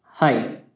Hi